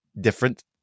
different